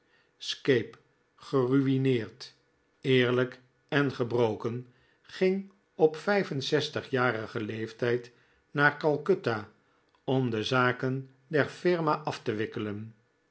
scape geru'ineerd eerlijk en gebroken ging op vijf en zestig jarigen leeftijd naar calcutta om de zaken der firma af te wikkelen